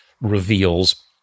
reveals